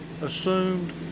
assumed